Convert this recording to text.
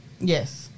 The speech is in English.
Yes